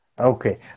Okay